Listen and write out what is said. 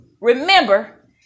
remember